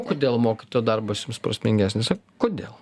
kodėl mokytojo darbas jums prasmingesnis kodėl